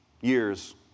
years